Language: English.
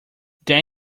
then